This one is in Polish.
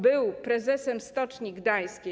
Był prezesem Stoczni Gdańsk.